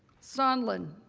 sondland,